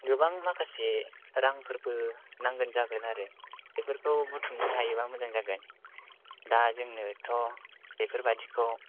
गोबां माखासे रांफोरबो नांगोन जागोन आरो बेफोरखौ बुथुमनो हायोबा मोजां जागोन दा जोंनोथ' बेफोर बादिखौ